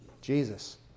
Jesus